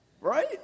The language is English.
right